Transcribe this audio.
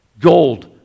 Gold